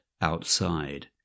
outside